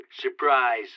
Surprise